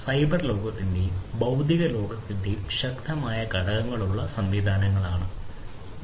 cyber ലോകത്തിന്റെയും ഭൌതിക ലോകത്തിന്റെയും ശക്തമായ ഘടകം ഉള്ള സംവിധാനങ്ങളാണിവ